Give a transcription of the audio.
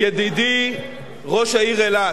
ידידי ראש העיר אילת,